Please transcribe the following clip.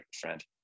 friend